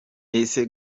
ese